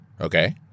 Okay